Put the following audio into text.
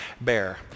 bear